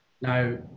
Now